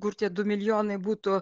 kur tie du milijonai būtų